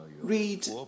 read